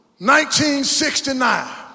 1969